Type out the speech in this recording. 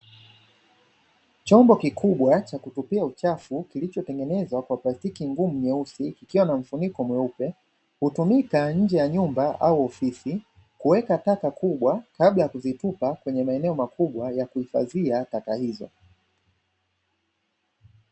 Chombo kikubwa cha kutupia uchafu kilichotengenezwa kwa plastiki ngumu nyeusi, kikiwa na mfuniko mweupe. Hutumika nje ya nyumba au ofisi kuweka taka kubwa kabla ya kuzitupa kwenye maeneo makubwa ya kuhifadhia taka hizo.